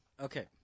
Okay